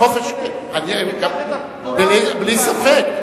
בלי ספק.